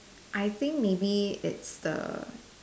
I think maybe it's the